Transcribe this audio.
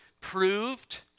proved